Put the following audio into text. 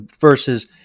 versus